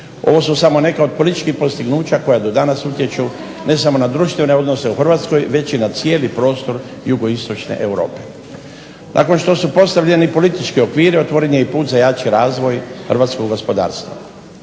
Ovo su samo neka od društvenih postignuća koja do danas utječu ne samo na društvene odnose u Hrvatskoj već i na cijeli prostor jugoistočne Europe. Nakon što su postavljeni politički okviri otvoren je put za jači razvoj hrvatskog gospodarstva.